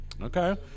Okay